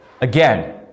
Again